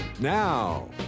Now